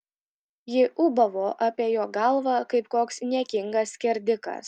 ji ūbavo apie jo galvą kaip koks niekingas skerdikas